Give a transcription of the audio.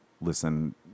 listen